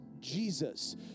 Jesus